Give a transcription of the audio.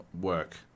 work